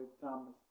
Thomas